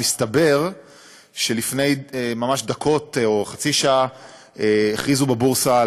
מסתבר שלפני ממש דקות או חצי שעה הכריזו בבורסה,